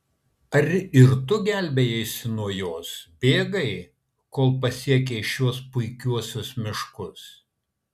ar ir tu gelbėjaisi nuo jos bėgai kol pasiekei šiuos puikiuosius miškus